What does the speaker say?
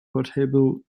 portable